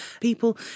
People